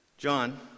John